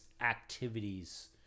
activities